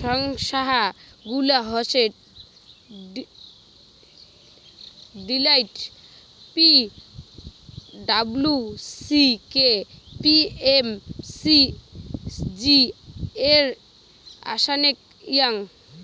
সংস্থা গুলা হসে Deloitte, P W C, K P M G, আর আর্নেস্ট ইয়ং